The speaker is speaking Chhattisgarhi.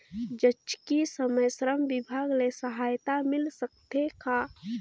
जचकी समय श्रम विभाग ले सहायता मिल सकथे का?